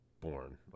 born